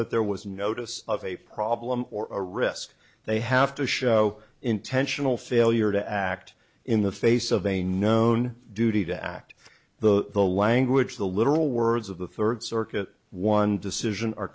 that there was notice of a problem or a risk they have to show intentional failure to act in the face of a known duty to act the the language the literal words of the third circuit one decision are